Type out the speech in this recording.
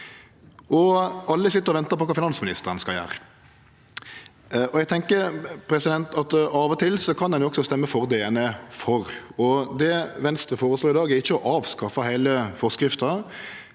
alle sit og ventar på kva finansministeren skal gjere. Eg tenkjer at ein av og til kan stemme for det ein er for. Det Venstre føreslår i dag, er ikkje å avskaffe heile forskrifta.